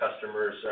customers